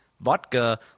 Vodka